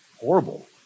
horrible